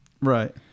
Right